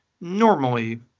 normally